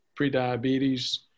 prediabetes